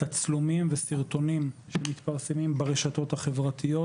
תצלומים וסרטונים שמתפרסמים ברשתות החברתיות,